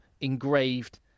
engraved